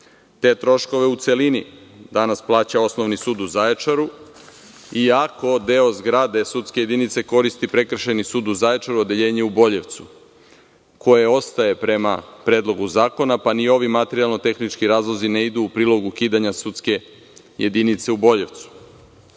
troškove u celini danas plaća Osnovni sud u Zaječaru i ako deo zgrade sudske jedinice koristi Prekršajni sud u Zaječaru, odeljenje u Boljevcu koje ostaje prema predlogu zakona, pa ni ovi materijalno-tehnički razlozi ne idu u prilog ukidanja sudske jedinice u Boljevcu. Neću